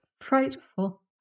frightful